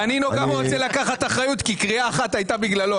דנינו גם רוצה לקחת אחריות כי קריאה אחת הייתה בגללו,